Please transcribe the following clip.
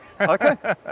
Okay